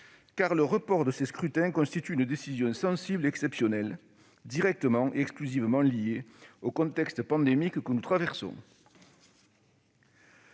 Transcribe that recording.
car le report de ces scrutins constitue une décision sensible et exceptionnelle, directement et exclusivement liée au contexte pandémique que nous traversons.